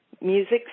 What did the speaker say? Music